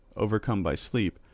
overcome by sleep,